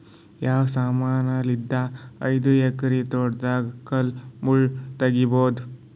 ಯಾವ ಸಮಾನಲಿದ್ದ ಐದು ಎಕರ ತೋಟದಾಗ ಕಲ್ ಮುಳ್ ತಗಿಬೊದ?